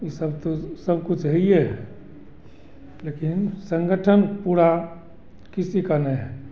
ये सब तो सब कुछ हइए है लेकिन संगठन पूरा किसी का नहीं है